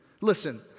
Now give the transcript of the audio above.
Listen